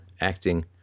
acting